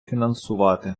фінансувати